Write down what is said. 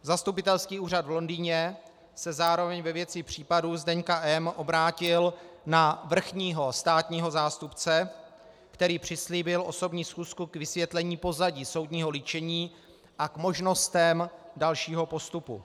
Zastupitelský úřad v Londýně se zároveň ve věci případu Zdeňka M. obrátil na vrchního státního zástupce, který přislíbil osobní schůzku k vysvětlení pozadí soudního líčení a k možnostem dalšího postupu.